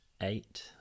eight